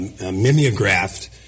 mimeographed